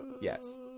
Yes